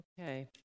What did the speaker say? Okay